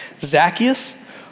Zacchaeus